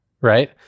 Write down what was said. right